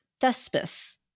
thespis